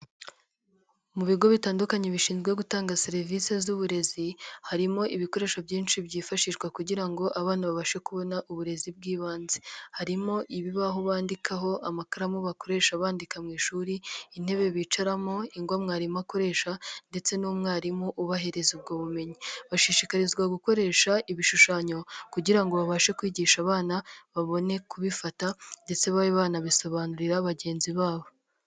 Mu bigo bitandukanye bishinzwe gutanga serivise z'uburezi, harimo ibikoresho byinshi byifashishwa kugira ngo abana babashe kubona uburezi bw'ibanze, harimo ibibaho bandikaho, amakaramu bakoresha bandika mu ishuri, intebe bicaramo ingwa mwarimu akoresha ndetse n'umwarimu ubahereza ubwo bumenyi, bashishikarizwa gukoresha ibishushanyo kugira ngo babashe kwigisha abana babone kubifata ndetse babe banabisobanurira bagenzi babo.